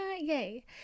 Yay